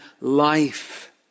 life